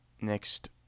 Next